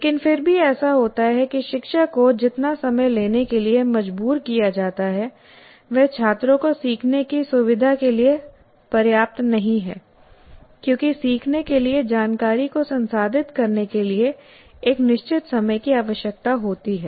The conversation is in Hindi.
लेकिन फिर भी ऐसा होता है कि शिक्षक को जितना समय लेने के लिए मजबूर किया जाता है वह छात्रों को सीखने की सुविधा के लिए पर्याप्त नहीं है क्योंकि सीखने के लिए जानकारी को संसाधित करने के लिए एक निश्चित समय की आवश्यकता होती है